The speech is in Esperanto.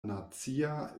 nacia